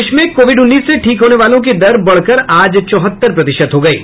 देश में कोविड उन्नीस से ठीक होने वालों की दर बढकर आज चौहत्तर प्रतिशत हो गई है